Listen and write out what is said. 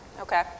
Okay